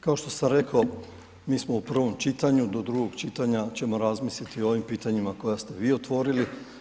Kao što sam rekao, mi smo u prvom čitanju do drugog čitanja ćemo razmisliti o ovim pitanjima koja ste vi otvorili.